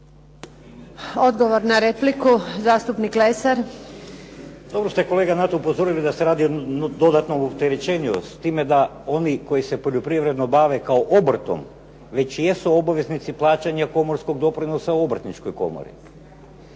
Dragutin (Nezavisni)** Dobro ste kolega na to upozorili da se radi o jednom dodatnom opterećenju, s time da oni koji se poljoprivredom bave kao obrtom već jesu obaveznici plaćanja komorskog doprinosa Obrtničkoj komori.